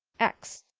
x.